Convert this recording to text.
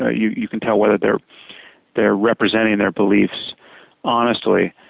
ah you you can tell whether they're they're representing their beliefs honestly.